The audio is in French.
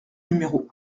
numéro